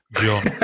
John